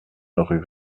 rue